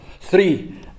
three